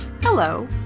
Hello